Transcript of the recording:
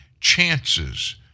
chances